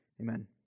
Amen